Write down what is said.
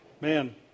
man